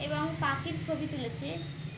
এবং পাখির ছবি তুলেছে